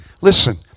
Listen